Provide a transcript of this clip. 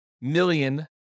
million